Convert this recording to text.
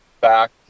back